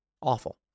Awful